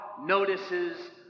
notices